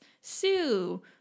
Sue